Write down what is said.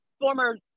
former